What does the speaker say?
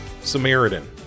Samaritan